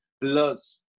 Plus